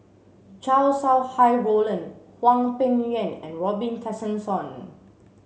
Chow Sau Hai Roland Hwang Peng Yuan and Robin Tessensohn